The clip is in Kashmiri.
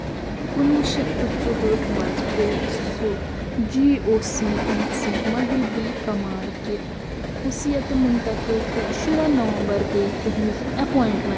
کُنوُہ شَتھ تہٕ ژُہٲٹھ منٛز گوٚو سُہ G O C in C مغربی کمانٛڈ کہِ حیثیتہٕ منتقل تہٕ شُراہ نومبر گٔے تِہٕنٛز ایپواینٹمٮ۪نٛٹ